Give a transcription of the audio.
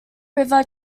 river